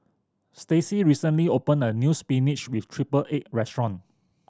Stacey recently opened a new spinach with triple egg restaurant